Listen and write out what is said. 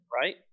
right